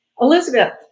Elizabeth